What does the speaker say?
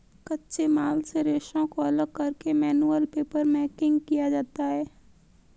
कच्चे माल से रेशों को अलग करके मैनुअल पेपरमेकिंग किया जाता है